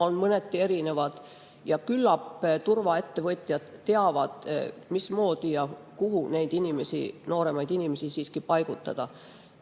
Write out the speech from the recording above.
on mõneti erinevad ja küllap siiski turvaettevõtjad teavad, mismoodi ja kuhu nooremaid inimesi paigutada.